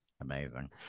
Amazing